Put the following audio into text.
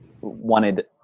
wanted